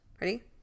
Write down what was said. Ready